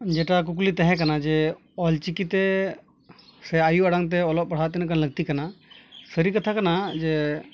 ᱡᱮᱴᱟ ᱠᱩᱠᱞᱤ ᱛᱮᱦᱮᱸ ᱠᱟᱱᱟ ᱡᱮ ᱚᱞᱪᱤᱠᱤᱛᱮ ᱥᱮ ᱟᱭᱳ ᱟᱲᱟᱝᱛᱮ ᱚᱞᱚᱜ ᱯᱟᱲᱦᱟᱜ ᱛᱤᱱᱟᱹᱜ ᱜᱟᱱ ᱞᱟᱹᱠᱛᱤ ᱠᱟᱱᱟ ᱥᱟᱹᱨᱤ ᱠᱟᱛᱷᱟ ᱠᱟᱱᱟ ᱡᱮ